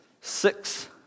six